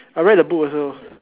I read the book also